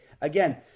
again